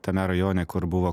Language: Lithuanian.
tame rajone kur buvo